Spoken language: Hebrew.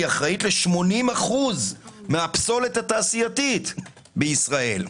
היא אחראית ל-80% מהפסולת התעשייתית בישראל.